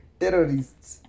terrorists